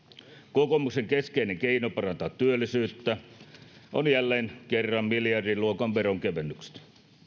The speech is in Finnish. kokoomuksen keskeinen keino parantaa työllisyyttä on jälleen kerran miljardiluokan veronkevennykset